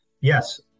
yes